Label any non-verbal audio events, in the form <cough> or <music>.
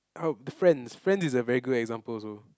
<noise> friends friend is a very good example also